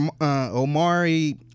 Omari